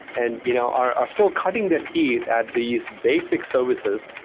and you know are are still cutting their teeth at these basic services.